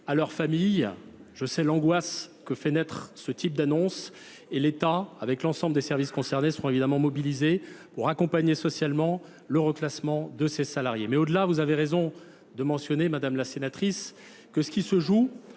à leurs familles, Je sais l'angoisse que fait naître ce type d'annonce et l'Etat, avec l'ensemble des services concernés, seront évidemment mobilisés pour accompagner socialement le reclassement de ses salariés. Mais au-delà, vous avez raison de mentionner, Madame la Sénatrice, que ce qui se joue,